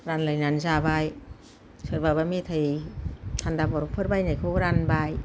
रानलायनानै जाबाय सोरबाबा मेथाय थान्दा बरफफोर बायनायखौ रानबाय